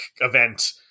event